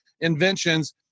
inventions